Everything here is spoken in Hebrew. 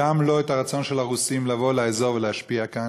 גם לא את הרצון של הרוסים לבוא לאזור ולהשפיע כאן.